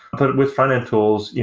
but with front-end tools,